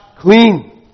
clean